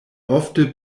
ofte